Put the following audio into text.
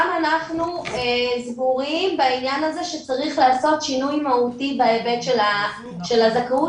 גם אנחנו סבורים בעניין הזה שצריך לעשות שינוי מהותי בהיבט של הזכאות,